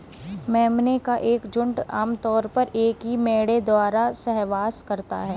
मेमने का एक झुंड आम तौर पर एक ही मेढ़े द्वारा सहवास करता है